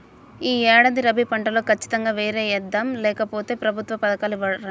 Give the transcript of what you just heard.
యీ ఏడాది రబీ పంటలో ఖచ్చితంగా వరే యేద్దాం, లేకపోతె ప్రభుత్వ పథకాలు ఇవ్వరంట